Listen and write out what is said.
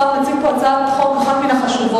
השר מציג פה הצעת חוק, אחת החשובות.